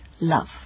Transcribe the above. love